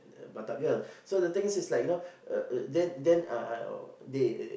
batak girl so the thing is is like you know uh then then uh they